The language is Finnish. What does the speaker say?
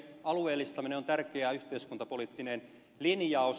alueellistaminen on tärkeä yhteiskuntapoliittinen linjaus